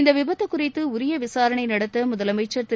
இந்த விபத்து குறித்து உரிய விசாரணை நடத்த முதலமைச்சா திரு